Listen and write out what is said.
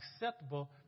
acceptable